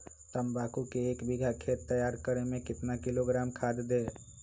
तम्बाकू के एक बीघा खेत तैयार करें मे कितना किलोग्राम खाद दे?